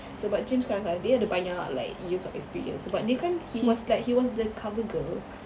so but james sekarang kan dia ada banyak like years of experience sebab dia kan he was like he was the cover girl